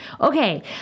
Okay